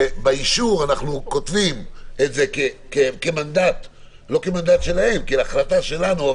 שבאישור אנחנו כותבים את זה כהחלטה שלנו,